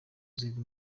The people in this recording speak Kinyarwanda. ziri